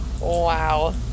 Wow